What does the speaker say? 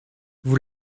vous